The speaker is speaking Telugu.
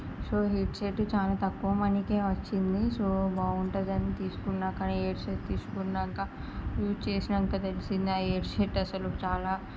సో హెడ్సెట్ చాలా తక్కువ మనీకే వచ్చింది సో బాగుంటుంది అని తీసుకున్నాను కానీ ఈ హెడ్సెట్ తీసుకున్నాక యూస్ చేశాక తెలిసింది ఆ హెడ్సెట్ అసలు చాలా